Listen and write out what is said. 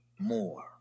More